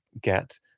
get